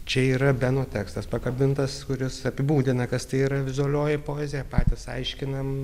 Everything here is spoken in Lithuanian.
čia yra beno tekstas pakabintas kuris apibūdina kas tai yra vizualioji poezija patys aiškinam